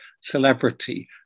celebrity